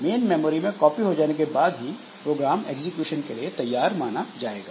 main memory में copy हो जाने के बाद ही प्रोग्राम एग्जीक्यूशन के लिए तैयार माना जाएगा